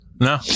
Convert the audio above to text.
no